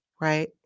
right